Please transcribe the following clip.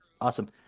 Awesome